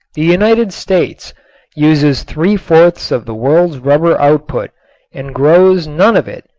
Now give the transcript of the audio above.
the united states uses three-fourths of the world's rubber output and grows none of it.